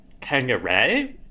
Kangaroo